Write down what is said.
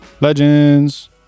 legends